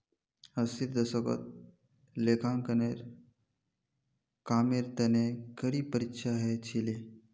अस्सीर दशकत लेखांकनेर कामेर तने कड़ी परीक्षा ह छिले